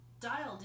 dialed